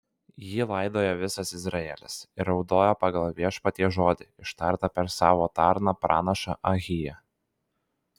jį laidojo visas izraelis ir raudojo pagal viešpaties žodį ištartą per savo tarną pranašą ahiją